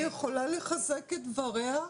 אני יכולה לחזק את דבריה?